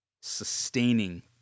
sustaining